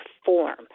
perform